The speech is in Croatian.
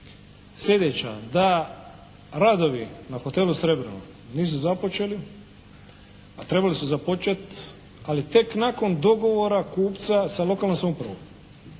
sljedeća, da radovi na hotelu "Srebreno" nisu započeli a trebali su započeti ali tek nakon dogovora kupca sa lokalnom samoupravom.